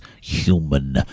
human